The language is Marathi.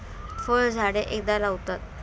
फळझाडे एकदा लावतात